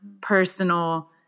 personal